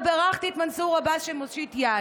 ובירכתי את מנסור עבאס שמושיט יד.